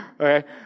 okay